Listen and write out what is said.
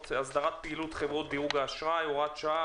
הסדרת פעילות חברות דירוג האשראי (הוראת שעה),